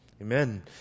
Amen